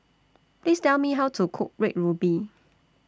Please Tell Me How to Cook Red Ruby